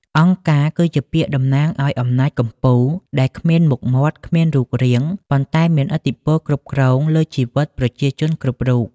«អង្គការ» គឺជាពាក្យតំណាងឱ្យអំណាចកំពូលដែលគ្មានមុខមាត់ គ្មានរូបរាង ប៉ុន្តែមានឥទ្ធិពលគ្រប់គ្រងលើជីវិតប្រជាជនគ្រប់រូប។